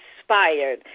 inspired